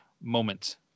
moment